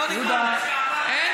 לא, לא, אין פה שר.